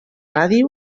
ràdio